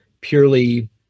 purely